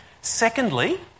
Secondly